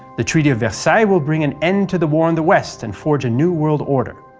the treaty of versailles will bring an end to the war in the west and forge a new world order.